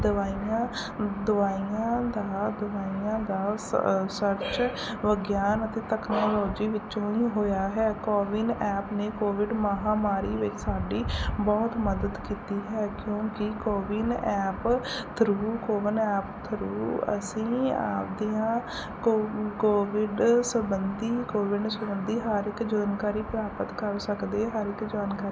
ਦਵਾਈਆਂ ਦਵਾਈਆਂ ਦਾ ਦਵਾਈਆਂ ਦਾ ਸ ਸਰਚ ਵਿਗਿਆਨ ਅਤੇ ਤਕਨਾਲੋਜੀ ਵਿੱਚੋਂ ਹੀ ਹੋਇਆ ਹੈ ਕੋਵਿਨ ਐਪ ਨੇ ਕੋਵਿਡ ਮਹਾਂਮਾਰੀ ਵਿੱਚ ਸਾਡੀ ਬਹੁਤ ਮਦਦ ਕੀਤੀ ਹੈ ਕਿਉਂਕਿ CoWIN app through CoWIN app through ਅਸੀਂ ਆਪਦੀਆਂ ਕੋ ਕੋਵਿਡ ਸਬੰਧੀ ਕੋਵਿਡ ਸਬੰਧੀ ਹਰ ਇੱਕ ਜਾਣਕਾਰੀ ਪ੍ਰਾਪਤ ਕਰ ਸਕਦੇ ਹਰ ਇੱਕ ਜਾਣਕਾਰੀ